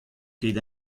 ket